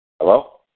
Hello